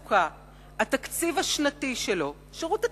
התקציב השנתי של שירות התעסוקה,